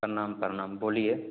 प्रणाम प्रणाम बोलिए